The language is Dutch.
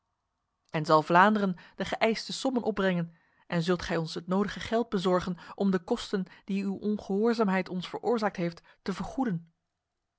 en zal vlaanderen de geëiste sommen opbrengen en zult gij ons het nodige geld bezorgen om de kosten die uw ongehoorzaamheid ons veroorzaakt heeft te vergoeden